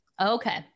okay